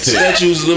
Statues